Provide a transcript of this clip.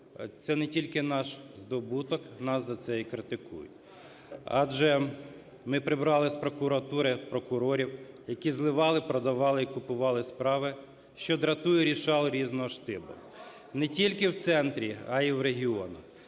це не тільки наш здобуток, нас за це і критикують, адже при прибрали з прокуратури прокурорів, які зливали, продавали і купували справи, що дратує рішал різного штибу. Не тільки в центрі, а і в регіонах,